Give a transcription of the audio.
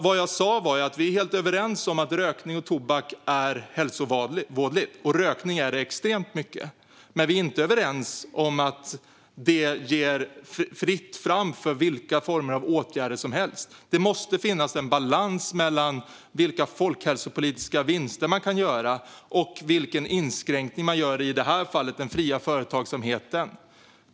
Vad jag sa är att vi är helt överens om att rökning och tobak är hälsovådligt, och rökning är det extremt mycket. Men vi är inte överens om att det ger fritt fram för vilka former av åtgärder som helst. Det måste finnas en balans mellan vilka folkhälsopolitiska vinster man kan göra och vilken inskränkning man gör i det här fallet i den fria företagsamheten.